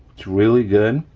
it's really good.